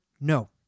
No